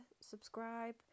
subscribe